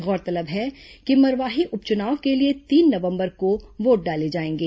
गौरतलब है कि मरवाही उपचुनाव के लिए तीन नवंबर को वोट डाले जाएंगे